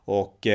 och